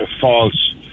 false